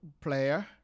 player